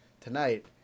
tonight